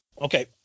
okay